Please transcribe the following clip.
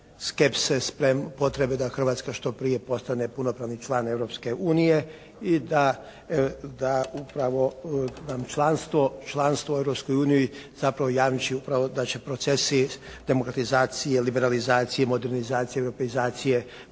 skepse, potrebe da Hrvatska što prije postane punopravni član Europske unije i da upravo nam članstvo u Europskoj uniji zapravo jamči upravo da će procesi demokratizacije, liberalizacije, modernizacije, europeizacije